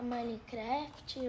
Minecraft